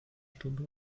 stunde